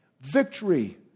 Victory